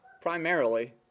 primarily